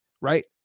right